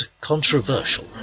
controversial